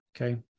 Okay